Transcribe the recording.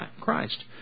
Christ